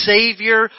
Savior